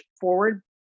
forward